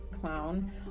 clown